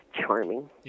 charming